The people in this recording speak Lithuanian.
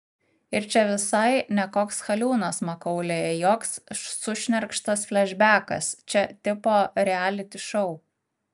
ir čia visai ne koks haliūnas makaulėje joks sušnerkštas flešbekas čia tipo rialiti šou